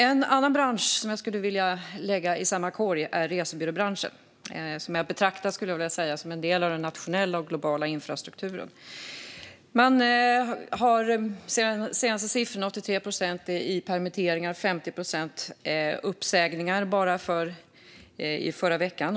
En annan bransch som jag skulle vilja lägga i samma korg är resebranschen, som jag betraktar som en del av den nationella och globala infrastrukturen. 83 procent permitteringar och 50 procent uppsägningar var siffrorna förra veckan.